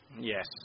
Yes